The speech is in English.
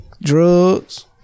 Drugs